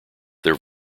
their